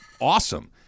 awesome